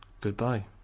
goodbye